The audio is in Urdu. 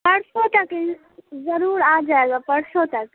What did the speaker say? پرسوں تک ضرور آ جائے گا پرسوں تک